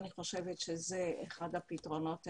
אני חושבת שזה אחד הפתרונות האפשריים.